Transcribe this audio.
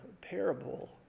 parable